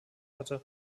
hatte